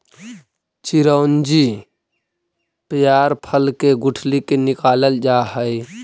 चिरौंजी पयार फल के गुठली से निकालल जा हई